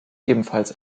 ebenfalls